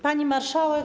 Pani Marszałek!